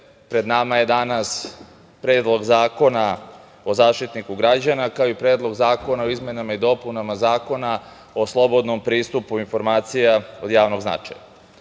pred nama je danas Predlog zakona o Zaštitniku građana, kao i Predlog zakona o izmenama i dopunama Zakona o slobodnom pristupu informacijama od javnog značaja.I